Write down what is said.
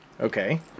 okay